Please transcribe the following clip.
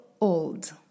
old